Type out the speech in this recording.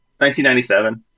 1997